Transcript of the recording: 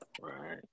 Right